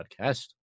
podcast